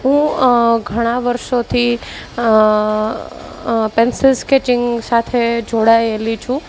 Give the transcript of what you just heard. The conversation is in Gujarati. હું ઘણા વર્ષોથી પેન્સિલ સ્કેચિંગ સાથે જોડાએલી છું